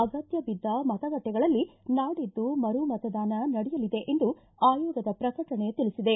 ಅಗತ್ತ ಬಿದ್ದ ಮತಗಟ್ಟೆಗಳಲ್ಲಿ ನಾಡಿದ್ದು ಮರುಮತದಾನ ನಡೆಯಲಿದೆ ಎಂದು ಆಯೋಗದ ಪ್ರಕಟಣೆ ತಿಳಿಬದೆ